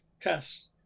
tests